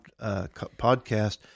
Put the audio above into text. podcast